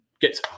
get